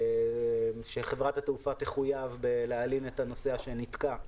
שחברת התעופה תחויב להלין את הנוסע שנתקע,